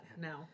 now